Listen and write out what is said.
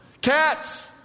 Cats